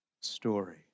story